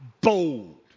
bold